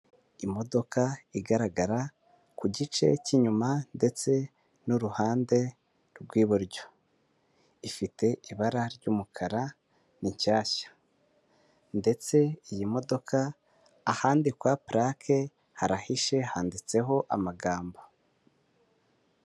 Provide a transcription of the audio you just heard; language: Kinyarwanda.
Imodoka igaragara ku gice cy'inyuma ndetse n'uruhande rw'iburyo. Ifite ibara ry'umukara, ni nshyashya. Ndetse iyi modoka ahandikwa purake harahishe, handitseho amagambo.